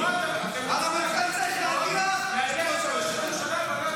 את הרמטכ"ל צריך להדיח ולא את ראש הממשלה.